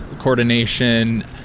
Coordination